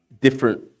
different